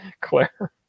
Claire